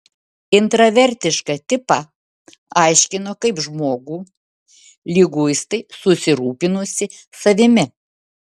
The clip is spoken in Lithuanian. intravertišką tipą aiškino kaip žmogų liguistai susirūpinusį savimi